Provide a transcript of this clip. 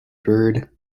bird